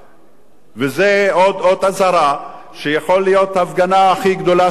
וזה עוד אות אזהרה שיכולה להיות הפגנה הכי גדולה שתוכל להיות.